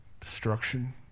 destruction